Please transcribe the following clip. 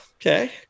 okay